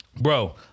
Bro